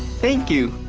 thank you.